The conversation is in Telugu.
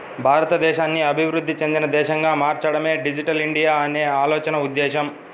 భారతదేశాన్ని అభివృద్ధి చెందిన దేశంగా మార్చడమే డిజిటల్ ఇండియా అనే ఆలోచన ఉద్దేశ్యం